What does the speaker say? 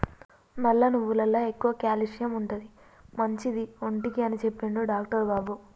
నల్ల నువ్వులల్ల ఎక్కువ క్యాల్షియం ఉంటది, మంచిది ఒంటికి అని చెప్పిండు డాక్టర్ బాబు